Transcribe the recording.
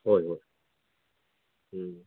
ꯍꯣꯏ ꯍꯣꯏ ꯎꯝ